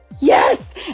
yes